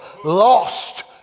Lost